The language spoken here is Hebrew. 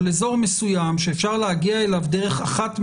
אבל אזור מסוים שאפשר להגיע אליו דרך אחת מהכניסות.